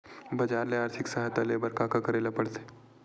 बजार ले आर्थिक सहायता ले बर का का करे ल पड़थे?